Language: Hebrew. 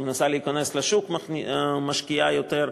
שמנסה להיכנס לשוק משקיעה יותר.